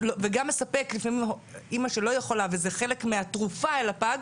לפעמים אמא שלא יכולה וזה חלק מהתרופה לפג,